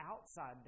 outside